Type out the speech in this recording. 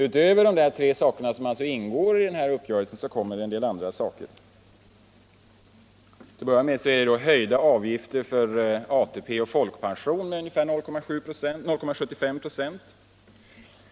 Utöver det som ingår i uppgörelsen tillkommer bl.a. höjda avgifter för ATP och folkpension, motsvarande 0,75 96.